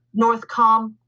Northcom